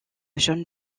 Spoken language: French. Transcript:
jaune